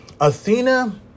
Athena